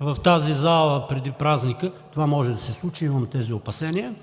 В тази зала преди празника това може да се случи. Имам тези опасения.